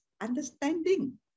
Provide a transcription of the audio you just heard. understanding